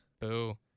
Boo